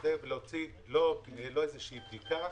לעניין, לא בדיקה